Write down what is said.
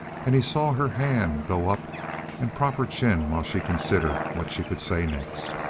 and he saw her hand go up and prop her chin while she considered what she could say next.